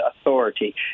authority